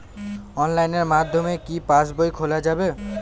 অনলাইনের মাধ্যমে কি পাসবই খোলা যাবে?